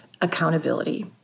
Accountability